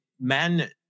men